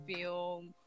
film